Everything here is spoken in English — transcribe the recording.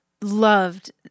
loved